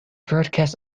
broadcast